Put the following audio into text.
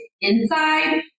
inside